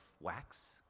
wax